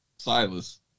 Silas